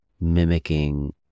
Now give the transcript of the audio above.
mimicking